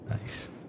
Nice